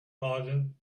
pardon